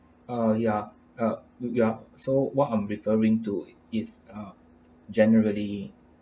uh ya uh ya so what I'm referring to is uh generally